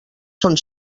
són